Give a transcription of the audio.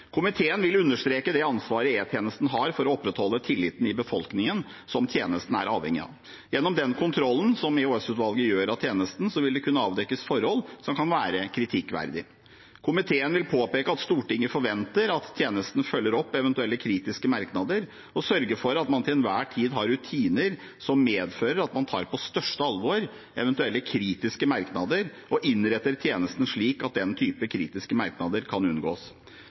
vil understreke det ansvaret E-tjenesten har for å opprettholde tilliten i befolkningen som tjenesten er avhengig av. Gjennom den kontrollen som EOS-utvalget gjør av tjenesten, vil det kunne avdekkes forhold som kan være kritikkverdige. Komiteen vil påpeke at Stortinget forventer at tjenesten følger opp eventuelle kritiske merknader – og sørger for at man til enhver tid har rutiner som medfører at man tar på største alvor eventuelle kritiske merknader og innretter tjenesten slik at den typen kritiske merknader kan unngås.